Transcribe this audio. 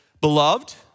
Beloved